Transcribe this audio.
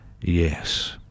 yes